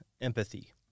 empathy